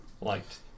liked